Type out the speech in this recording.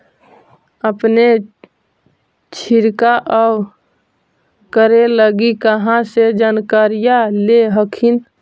अपने छीरकाऔ करे लगी कहा से जानकारीया ले हखिन?